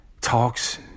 Talks